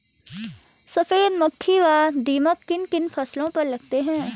सफेद मक्खी व दीमक किन किन फसलों पर लगते हैं?